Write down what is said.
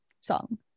song